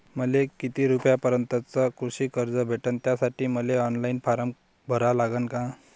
मले किती रूपयापर्यंतचं कृषी कर्ज भेटन, त्यासाठी मले ऑनलाईन फारम भरा लागन का?